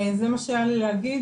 זה מה שהיה לי להגיד